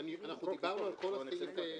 אנחנו דיברנו על כל 8 רבתי.